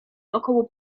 około